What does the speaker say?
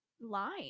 line